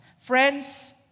Friends